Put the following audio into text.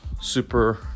super